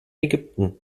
ägypten